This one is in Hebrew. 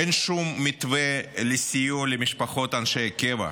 אין שום מתווה לסיוע למשפחות אנשי קבע.